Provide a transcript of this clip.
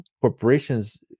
corporations